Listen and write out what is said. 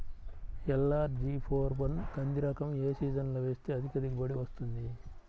LRG four one కంది రకం ఏ సీజన్లో వేస్తె అధిక దిగుబడి వస్తుంది?